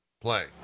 play